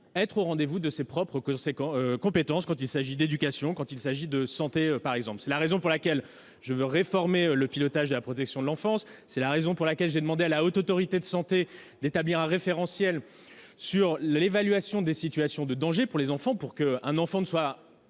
être au rendez-vous de ses propres compétences quand il s'agit d'éducation ou de santé. C'est la raison pour laquelle je veux réformer le pilotage de la protection de l'enfance. Aussi, j'ai demandé à la Haute Autorité de santé d'établir un référentiel sur l'évaluation des situations de danger pour les enfants. Aujourd'hui, il faut savoir